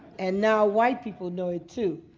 and now white people know it too